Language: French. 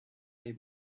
les